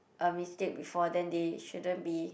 a mistake before then they shouldn't be